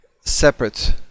separate